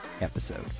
episode